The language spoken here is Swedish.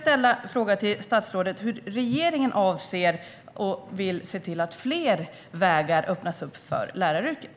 Vad avser regeringen att göra för att öppna fler vägar till läraryrket?